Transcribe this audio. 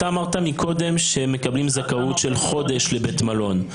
אתה אמרת מקודם שהם מקבלים זכאות של חודש לבית מלון.